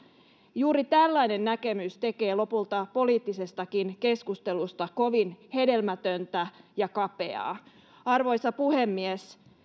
juuri tällainen näkemys tekee lopulta poliittisestakin keskustelusta kovin hedelmätöntä ja kapeaa arvoisa puhemies